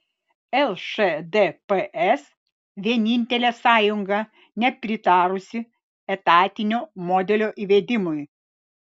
lšdps vienintelė sąjunga nepritarusi etatinio modelio įvedimui